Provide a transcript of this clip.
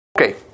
Okay